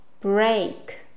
break